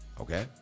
okay